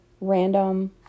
random